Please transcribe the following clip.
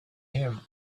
him